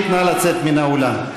נא לצאת מן האולם.